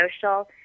social